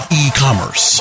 e-commerce